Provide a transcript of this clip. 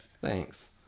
thanks